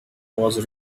was